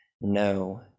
no